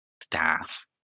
staff